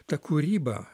ta kūryba